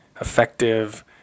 effective